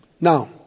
Now